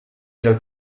dal